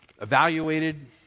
evaluated